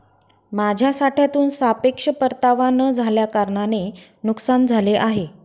माझ्या साठ्यातून सापेक्ष परतावा न झाल्याकारणाने नुकसान झाले आहे